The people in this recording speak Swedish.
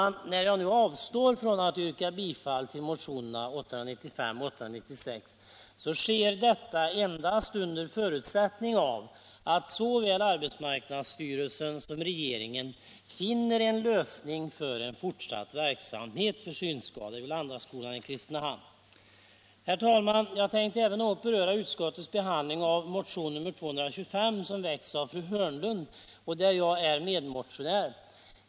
När jag nu avstår från att yrka bifall till motionerna 895 och 896, sker detta endast under den förutsättningen att såväl arbetsmarknadsstyrelsen som regeringen finner en lösning för en fortsatt verksamhet för synskadade vid Landaskolan i Kristinehamn. Herr talman! Jag tänkte också något beröra utskottets behandling av motionen 225, som väckts av fru Hörnlund med mig som medmotionär.